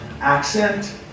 accent